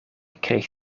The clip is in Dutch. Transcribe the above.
kreeg